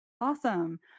awesome